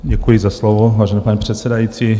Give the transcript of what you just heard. Děkuji za slovo, vážený pane předsedající.